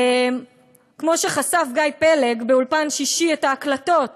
כמו שחשף גיא פלג ב"אולפן שישי" את ההקלטות